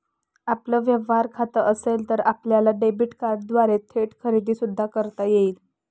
आपलं व्यवहार खातं असेल तर आपल्याला डेबिट कार्डद्वारे थेट खरेदी सुद्धा करता येईल